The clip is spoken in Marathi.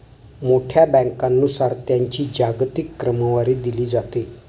मोठ्या बँकांनुसार त्यांची जागतिक क्रमवारी दिली जाते